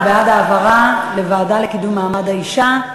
הוא בעד העברה לוועדה לקידום מעמד האישה,